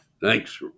Thanks